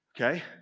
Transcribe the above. Okay